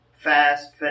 fast